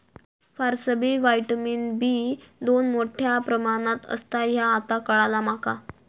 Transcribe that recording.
फारसबी vitamin B दोन मोठ्या प्रमाणात असता ह्या आता काळाला माका